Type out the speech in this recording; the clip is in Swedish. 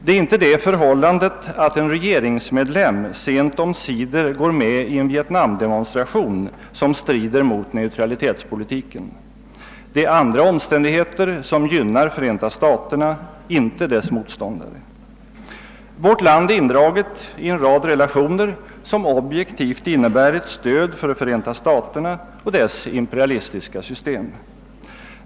Det är inte det förhållandet att en regeringsmedlem sent omsider gått med i en vietnamdemonstration som strider mot neutralitetspolitiken. Det är andra omständigheter som gynnar Förenta staterna, inte dess motståndare. Vårt land är indraget i en rad relationer som objektivt sett innebär ett stöd för Förenta staterna och dess imperialistiska system.